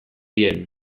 dien